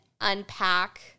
unpack